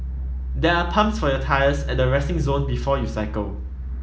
there are pumps for your tyres at the resting zone before you cycle